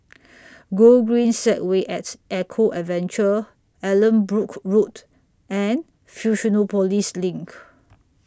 Gogreen Segway At Eco Adventure Allanbrooke Road and Fusionopolis LINK